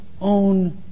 own